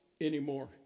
anymore